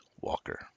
walker